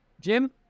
Jim